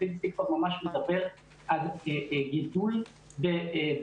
ה-CDC כבר ממש מדבר על גידול בדיכאונות